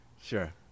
Sure